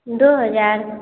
दो हज़ार